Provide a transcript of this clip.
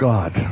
God